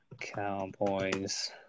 Cowboys